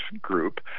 group